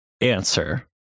answer